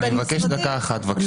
גלעד, אני מבקש דקה אחת, בבקשה.